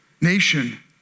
nation